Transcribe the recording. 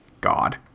God